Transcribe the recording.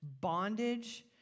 bondage